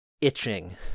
itching